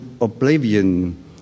oblivion